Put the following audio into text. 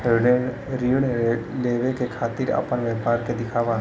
ऋण लेवे के खातिर अपना व्यापार के दिखावा?